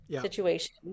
situation